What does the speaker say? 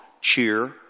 cheer